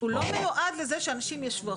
הוא לא מיועד לזה שאנשים ישבו.